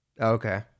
Okay